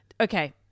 Okay